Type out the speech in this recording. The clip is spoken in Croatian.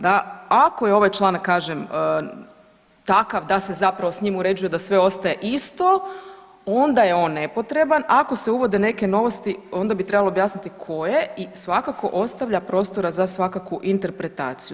Da ako je ovaj članak kažem takav da se zapravo s njim uređuje da sve ostaje isto onda je on nepotreban, ako se uvode neke novosti onda bi trebalo objasniti koje i svakako ostavlja prostora za svakakvu interpretaciju.